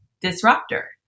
disruptor